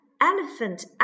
Elephant